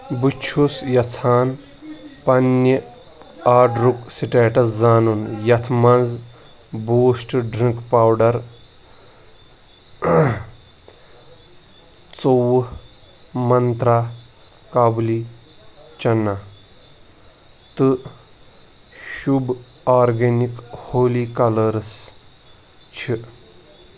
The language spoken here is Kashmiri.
بہٕ چھُس یژھان پنٕنہِ آرڈرُک سِٹیٹس زانُن یتھ مَنٛز بوٗسٹ ڈرٛنٛک پوڈر ژوٚوُہ منٛترٛا کابُلی چنا تہٕ شُبھ آرگینِک ہولی کلٲرس چھِ